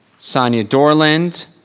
sonya dorland.